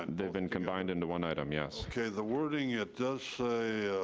and they've been combined into one item, yes. okay, the wording, it does say